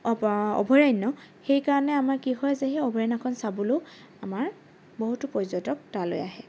অভয়াৰণ্য সেই কাৰণে আমাৰ কি হয় যে সেই অভয়াৰণ্যখন চাবলৈও আমাৰ বহুতো পৰ্যটক তালৈ আহে